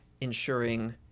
ensuring